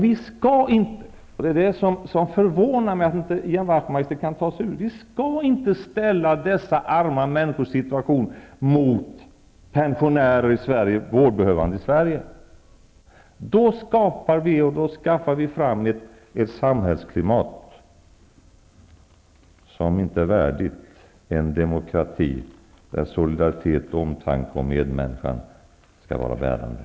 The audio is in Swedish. Vi skall inte ställa dessa arma människors situation mot pensionärers eller vårdbehövandes i Sverige. Det förvånar mig att Ian Wachtmeister inte kan ta sig ur detta. Då skapar vi ett samhällsklimat som inte är värdigt en demokrati där solidaritet och omtanke om medmänniskan ska vara värnade.